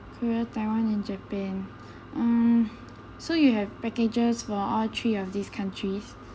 korea taiwan and japan so you have packages for all three of these countries